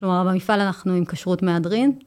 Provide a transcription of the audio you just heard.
כלומר, במפעל אנחנו עם כשרות מהדרין.